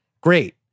great